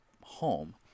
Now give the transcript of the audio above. home